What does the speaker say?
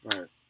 Right